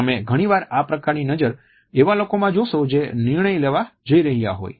તમે ઘણીવાર આ પ્રકારની નજર એવા લોકોમાં જોશો જે નિર્ણય લેવા જઈ રહ્યા હોય